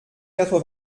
quatre